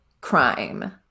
crime